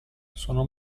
sono